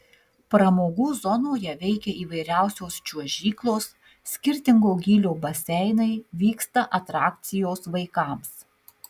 pramogų zonoje veikia įvairiausios čiuožyklos skirtingo gylio baseinai vyksta atrakcijos vaikams